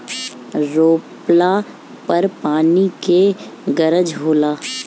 रोपला पर पानी के गरज होला